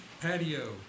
patio